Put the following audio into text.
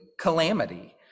calamity